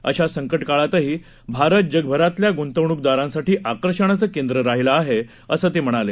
अशा संकट काळातही भारत जगभरातल्या गुंतवणूकदारांसाठी आकर्षणाचं केंद्र राहिलं आहे असं ते म्हणाले